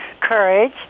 courage